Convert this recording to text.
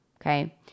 okay